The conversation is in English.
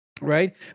right